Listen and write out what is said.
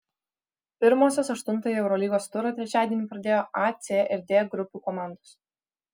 pirmosios aštuntąjį eurolygos turą trečiadienį pradėjo a c ir d grupių komandos